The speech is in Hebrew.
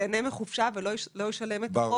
ייהנה מחופשה והוא לא ישלם את החוב שלו.